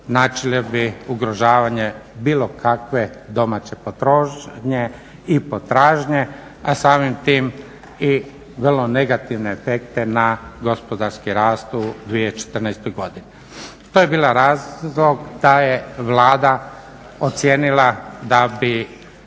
značile bi ugrožavanje bilo kakve domaće potrošnje i potražnje, a samim tim i vrlo negativne efekte na gospodarski rast u 2014. godini. To je bio razlog da je Vlada ocijenila da bi